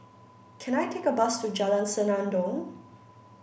can I take a bus to Jalan Senandong